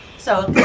so